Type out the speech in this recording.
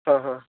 ହଁ ହଁ